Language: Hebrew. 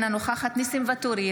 אינה נוכחת ניסים ואטורי,